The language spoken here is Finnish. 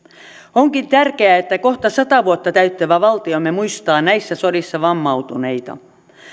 onkin tärkeää että kohta sata vuotta täyttävä valtiomme muistaa näissä sodissa vammautuneita